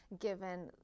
given